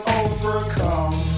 overcome